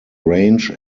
range